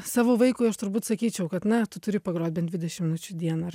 savo vaikui aš turbūt sakyčiau kad na tu turi pagrot bent dvidešim minučių į dieną ar